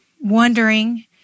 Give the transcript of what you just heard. wondering